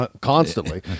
constantly